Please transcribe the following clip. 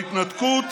בהתנתקות